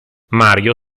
mario